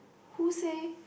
who say